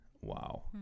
Wow